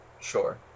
Sure